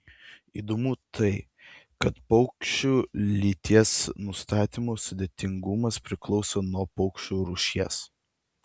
įdomu tai kad paukščių lyties nustatymo sudėtingumas priklauso nuo paukščio rūšies